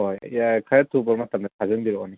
ꯍꯣꯏ ꯌꯥꯏ ꯈꯔ ꯊꯨꯕ ꯃꯇꯝꯗ ꯊꯥꯖꯤꯟꯕꯤꯔꯛꯑꯣꯅꯦ